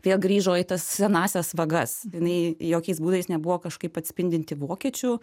vėl grįžo į tas senąsias vagas jinai jokiais būdais nebuvo kažkaip atspindinti vokiečių